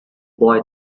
boy